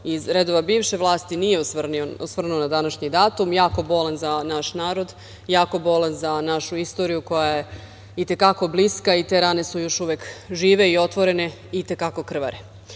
iz redova bivše vlasti nije osvrnuo na današnji datum, jako bolan za naš narod, jako bolan za našu istoriju koja je i te kako bliska i te rane su još uvek žive i otvorene i te kako krvare.